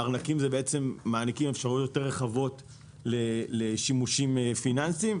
ארנקים מעניקים אפשרויות יותר רחבות לשימושים פיננסיים.